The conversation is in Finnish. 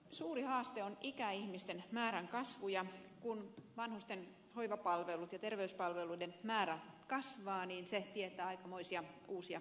suuri haaste on ikäihmisten määrän kasvu ja kun vanhusten hoivapalveluiden ja terveyspalveluiden määrä kasvaa niin se tietää aikamoisia uusia kustannuksia